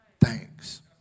thanks